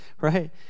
right